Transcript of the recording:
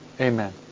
Amen